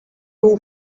too